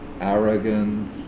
arrogance